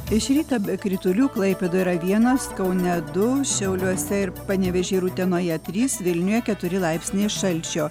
iš ryto be kritulių klaipėdoje yra vienas kaune du šiauliuose ir panevėžyje ir utenoje trys vilniuje keturi laipsniai šalčio